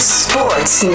sports